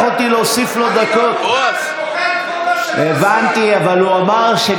הוא הולך הביתה.